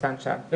אז